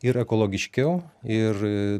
ir ekologiškiau ir